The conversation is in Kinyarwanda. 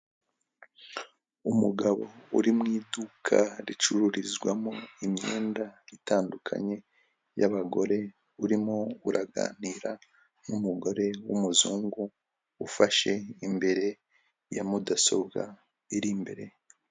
Umugabo uri mu iduka ricururizwamo imyenda itandukanye y'abagore, urimo uraganira n'umugore w'umuzungu ufashe imbere ya mudasobwa iri imbere.